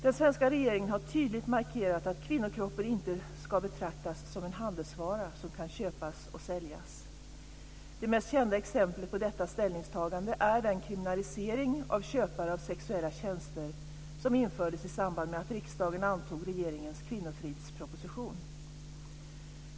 Den svenska regeringen har tydligt markerat att kvinnokroppen inte ska betraktas som en handelsvara som kan köpas och säljas. Det mest kända exemplet på detta ställningstagande är den kriminalisering av köpare av sexuella tjänster som infördes i samband med att riksdagen antog regeringens kvinnofridsproposition.